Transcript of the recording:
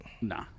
Nah